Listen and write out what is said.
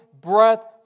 breath